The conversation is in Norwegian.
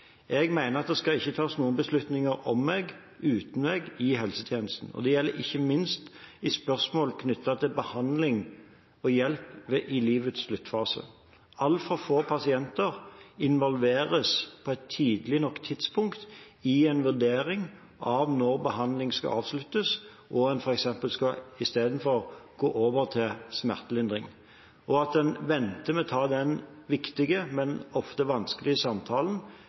Jeg mener at det skal ikke tas noen beslutninger om meg uten meg i helsetjenesten, og det gjelder ikke minst i spørsmål knyttet til behandling og hjelp i livets sluttfase. Altfor få pasienter involveres på et tidlig nok tidspunkt i en vurdering av når behandling skal avsluttes, og en f.eks. istedenfor skal gå over til smertelindring. Det at en venter med å ta den viktige, men ofte vanskelige samtalen